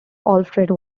alfred